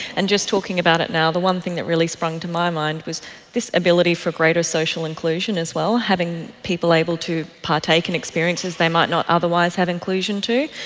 and just talking about it now, the one thing that really sprung to my mind mind was this ability for greater social inclusion as well, having people able to partake and experience as they might not otherwise have inclusion to.